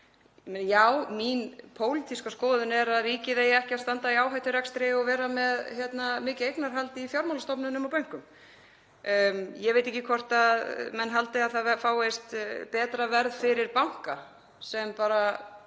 Mín pólitíska skoðun er að ríkið eigi ekki að standa í áhætturekstri og vera með mikið eignarhaldið í fjármálastofnunum og bönkum. Ég veit ekki hvort menn haldi að það fáist betra verð fyrir banka sem bara